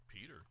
Peter